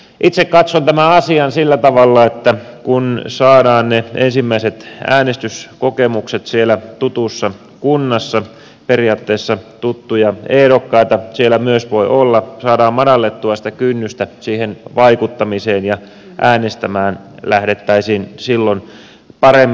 itse katson tämän asian sillä tavalla että kun saadaan ne ensimmäiset äänestyskokemukset siellä tutussa kunnassa periaatteessa siellä voi myös olla tuttuja ehdokkaita saadaan madallettua sitä kynnystä siihen vaikuttamiseen ja äänestämään lähdettäisiin silloin paremmin